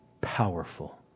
powerful